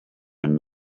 and